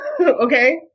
Okay